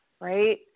right